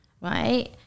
Right